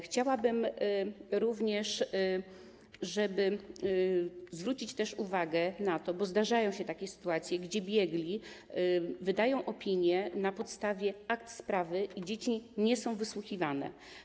Chciałabym również, żeby zwrócić też uwagę na to, że zdarzają się takie sytuacje, gdy biegli wydają opinie na podstawie akt sprawy i dzieci nie są wysłuchiwane.